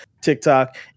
TikTok